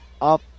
up